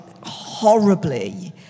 horribly